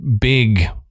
big